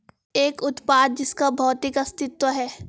एक उत्पाद जिसका भौतिक अस्तित्व है?